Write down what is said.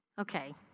okay